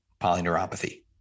polyneuropathy